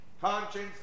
Conscience